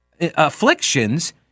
afflictions